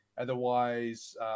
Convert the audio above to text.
otherwise